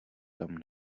tam